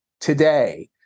today